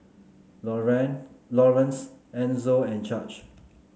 Laurence Enzo and Judge